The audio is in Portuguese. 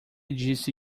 disse